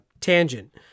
tangent